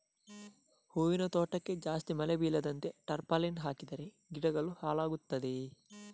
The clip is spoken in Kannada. ಹೂವಿನ ತೋಟಕ್ಕೆ ಜಾಸ್ತಿ ಮಳೆ ಬೀಳದಂತೆ ಟಾರ್ಪಾಲಿನ್ ಹಾಕಿದರೆ ಗಿಡಗಳು ಹಾಳಾಗುತ್ತದೆಯಾ?